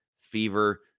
fever